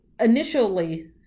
initially